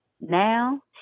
Now